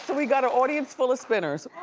so we got an audience full of spinners,